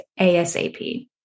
ASAP